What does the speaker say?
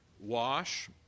wash